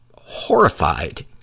horrified